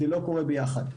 זה לא קורה ביחד.